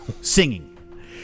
singing